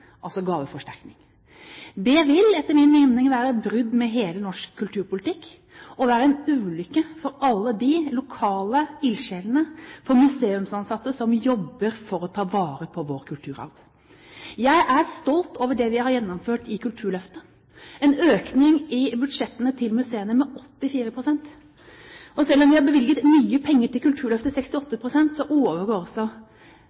være en ulykke for alle de lokale ildsjelene og for museumsansatte som jobber for å ta vare på vår kulturarv. Jeg er stolt over det vi har gjennomført i Kulturløftet, en økning i budsjettene til museene med 84 pst. Selv om vi har bevilget mye penger til Kulturløftet, 68